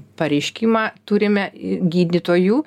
pareiškimą turime gydytojų